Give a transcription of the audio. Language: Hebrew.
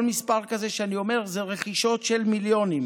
כל מספר כזה שאני אומר זה רכישות של מיליונים: